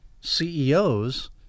CEOs